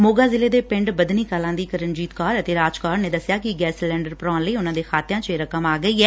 ਮੋਗਾ ਜ਼ਿਲੇ ਦੇ ਪਿੰਡ ਬੱਧਨੀ ਕਲਾਂ ਦੀਆਂ ਕਿਰਨਜੀਤ ਕੌਰ ਅਤੇ ਰਾਜ ਕੌਰ ਨੇ ਦਸਿਆ ਕਿ ਗੈਸ ਸਿਲੰਡਰ ਭਰਾਊਣ ਲਈ ਉਨਾ ਦੇ ਖਾਤਿਆ ਚ ਇਹ ਰਕਮ ਆ ਗਈ ਐ